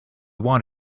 want